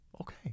okay